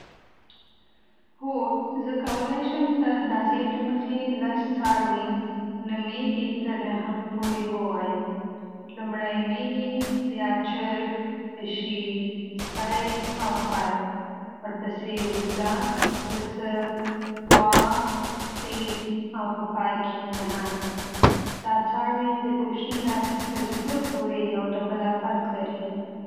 هو، زه کولی شم د اندازې له مخې لس څاروي له مېږې تر نهنګ پورې ووایم: لومړی مېږی، بیا چرګ، پشي، سپی او خر. ورپسې وزه، پسه، غوا، فیل، او په پای کې نهنګ. دا څاروي د کوچني نه تر ستر پورې یو له بله فرق لري.